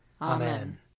Amen